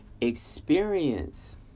experience